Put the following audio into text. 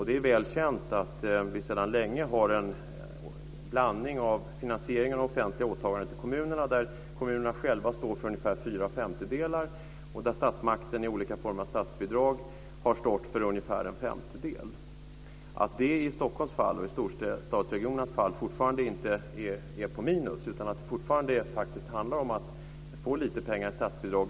Det är väl känt att vi sedan länge har en blandning när det gäller finansieringen av det offentliga åtagandet till kommunerna. Kommunerna själva står för ungefär fyra femtedelar, och statsmakten har i olika former av statsbidrag stått för ungefär en femtedel. I Stockholms fall och i storstadsregionernas fall ligger det fortfarande inte på minus. Det handlar faktiskt fortfarande om att få lite pengar i statsbidrag.